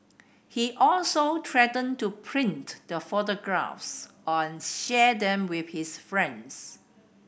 he also threatened to print the photographs and share them with his friends